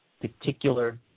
particular